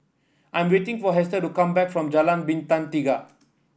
I'm waiting for Hester to come back from Jalan Bintang Tiga